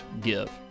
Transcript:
give